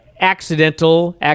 accidental